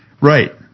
Right